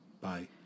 Bye